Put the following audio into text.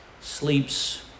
Sleeps